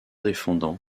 défendant